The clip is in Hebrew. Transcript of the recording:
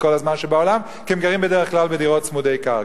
הזמן שבעולם כי הם גרים בדרך כלל בדירות צמודות קרקע.